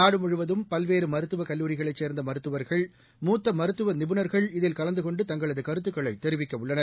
நாடுமுழுவதும் பல்வேறுமருத்துவக் கல்லூரிகளைச் சேர்ந்தமருத்துவர்கள் மூத்தமருத்துவநிபுணர்கள் இதில் கலந்துகொண்டு தங்களதுகருத்துக்களைதெரிவிக்கவுள்ளனர்